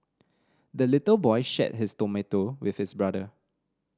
the little boy shared his tomato with his brother